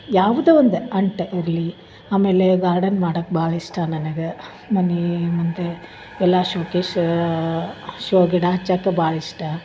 ಯಾವುದೋ ಒಂದು ಅಂಟೆ ಇರಲಿ ಆಮೇಲೆ ಗಾರ್ಡನ್ ಮಾಡಕ್ಕೆ ಭಾಳ ಇಷ್ಟ ನನಗೆ ಮನೆ ಮುಂದೆ ಎಲ್ಲಾ ಶೋಕೇಸು ಶೋ ಗಿಡ ಹಚ್ಚಕ್ಕೆ ಭಾಳ ಇಷ್ಟ